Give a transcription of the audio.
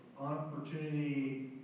opportunity